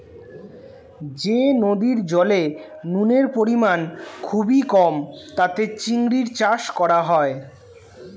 যে নদীর জলে নুনের পরিমাণ খুবই কম তাতে চিংড়ির চাষ করা হয়